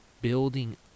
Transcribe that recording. building